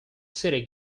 city